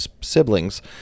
siblings